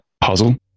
puzzle